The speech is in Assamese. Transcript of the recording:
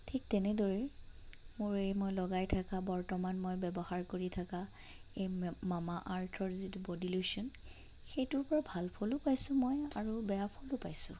ঠিক তেনেদৰেই মোৰ এই মই লগাই থাকা বৰ্তমান মই ব্যৱহাৰ কৰি থাকা এই মামা আৰ্থৰ যিটো বডী লোচন সেইটোৰপৰা ভাল ফলো পাইছোঁ মই আৰু বেয়া ফলো পাইছোঁ